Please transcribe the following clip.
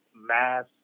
mass